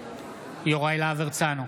נגד יוראי להב הרצנו,